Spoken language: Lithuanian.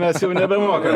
mes jau nebemokam